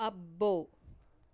అబ్బో